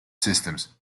systems